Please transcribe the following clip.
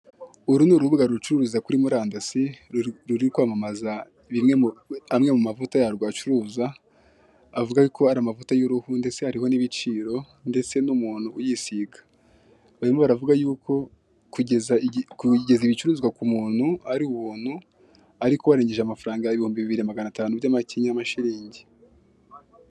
Uru ni urubuga rucuriuriza kuri murandasi ruri kwamamaza amwe mumavuta yarwo acuruza avuga yuko ari amavuta y'uruhu ndetse hariho n'ibicira ndetse n'umuntu uyisiga, barimo baravuga yuko kugeza ibicuruzwa k'umuntu ari ubuntu ariko warengeje amafaranga ibihumbi bibiri maganatanu by'amakenyamashiringi.